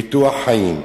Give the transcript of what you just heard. ביטוח חיים.